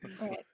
right